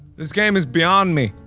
this game is beyond me.